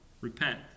Repent